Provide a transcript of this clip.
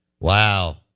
Wow